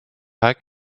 teig